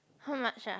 how much ah